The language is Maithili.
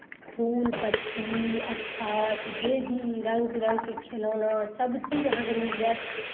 फूल पत्ती अक्षत जे भी रङ्ग बिरङ्गके खिलौना सभचीज अहाँकेँ मिल जायत